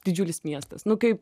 didžiulis miestas nu kaip